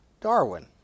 Darwin